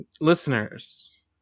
listeners